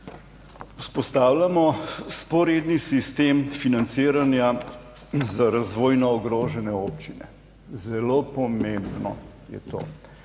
Vzpostavljamo vzporedni sistem financiranja za razvojno ogrožene občine. Zelo pomembno je to